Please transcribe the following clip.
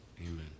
Amen